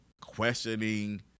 questioning